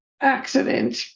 accident